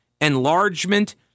enlargement